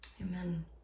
Amen